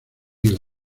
yale